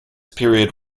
period